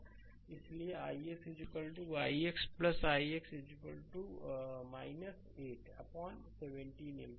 slide समय देखें 2637 इसलिए ix ix ix ' 8 अपान 17 एम्पीयर